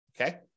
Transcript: okay